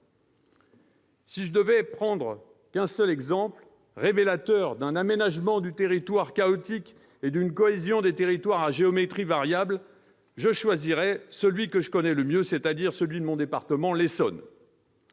Si je ne devais prendre qu'un seul exemple révélateur d'un aménagement du territoire chaotique et d'une cohésion des territoires à géométrie variable, je choisirais celui que je connais le mieux, c'est-à-dire celui de mon département, l'Essonne.